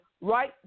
right